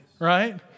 right